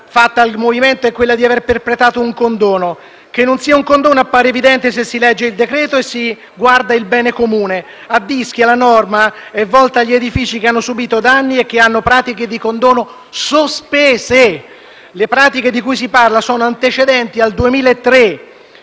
rivolta al Movimento è di aver perpetrato un condono. Che non sia così appare evidente se si legge il decreto-legge e si guarda il bene comune. A Ischia la norma è rivolta agli edifici che hanno subìto danni e che hanno pratiche di condono sospese. Le pratiche di cui si parla sono antecedenti al 2003.